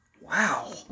Wow